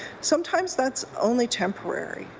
sometimes that's only temporary,